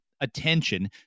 attention